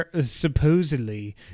supposedly